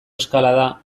eskalada